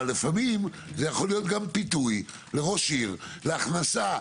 אבל לפעמים זה יכול להיות גם פיתוי לראש עיר להכנסה